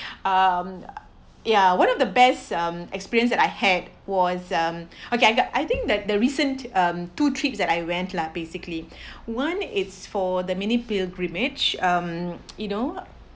um yeah one of the best mm experience that I had was um okay I got I think that the recent um two trips that I went lah basically one it's for the mini pilgrimage um you know